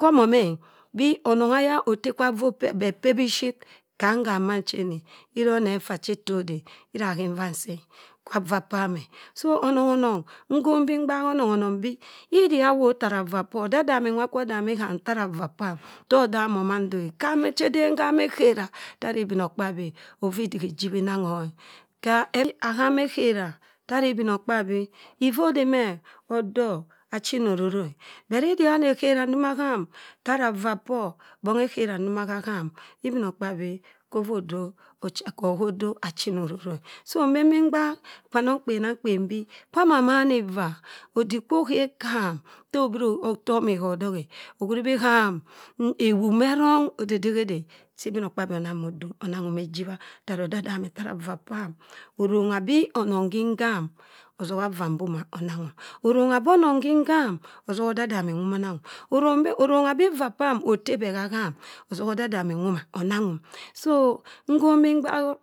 homomi e bii ọnọng aya otte kwa vaa be pey bishit. Ham ham mancheni. Ira oni effa chita ade, ira hin vaa nsii e kwa vaa pam e so, ọnọng ọnọng. Nhong bii ngbak ọnọng ọnọng bii, idi ho awop tara vaa pọr ọdadami nwa kwọ ọdami ham tara vaa pam, tọ ọ damọn mando e ghama, cheden ghama echera ghi ibinokpabi e offa idik ijibhi-nanghọ e. Ho aham etera ghi ibinokpabi iffo odemẹ ọdọ achina aroro e but idi họ ana echera ndoma aham tara vaa pọr bongha eghera ndoma hagham, ibinokpabi họ hodobachinororo e so imbenbi mgbak kwanọng kpenamkpen bii ¨ama man waa, odik kwa oghep ham, tọ ọbrọ ọtọmi ho ọdọk e¨. Ohuri bii ham, ewu mẹrọng odi de ghede cha ibinokpabi onam odo onanghum ejibha tara odadami otara vaa pam. Orongha bii ọnọng khi nham ọsọha vaa mboma onanghum. Orongho bi ọnọng khi ngham ọsọha odadami nwoma onanghum. Orongha bii ivaa pam otte be ghagham ọsọha odadamimi nwomaa onanghum so, ihong bii mgbaghọ